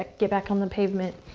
ah get back on the pavement.